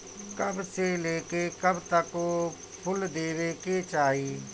कब से लेके कब तक फुल देवे के चाही?